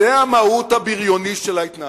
אני אומר לך: זו המהות הבריונית של ההתנהגות.